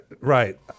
right